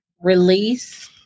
release